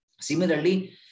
Similarly